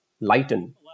lighten